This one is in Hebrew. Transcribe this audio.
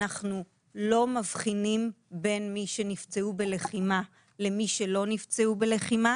אנחנו לא מבחינים בין מי שנפצעו בלחימה למי שלא נפצעו בלחימה.